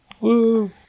Woo